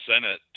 Senate